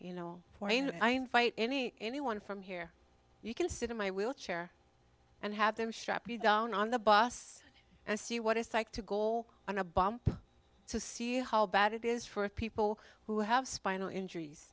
know any anyone from here you can sit in my wheelchair and have them strap you down on the bus and see what it's like to goal on a bomb to see how bad it is for people who have spinal injuries